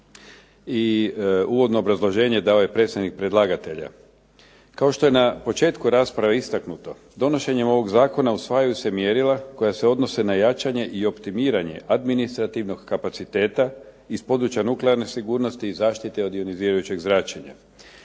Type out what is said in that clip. i uvodno obrazloženje dao je predstavnik predlagatelja. Kao što je na početku rasprave istaknuto, donošenjem ovog zakona usvajaju se mjerila koja se odnose na jačanje i optimiranje administrativnog kapaciteta iz područja nuklearne sigurnosti i zaštite od ionizirajućeg zračenja.